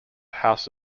house